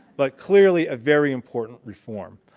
but clearly a very important reform.